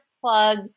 plug